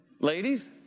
Ladies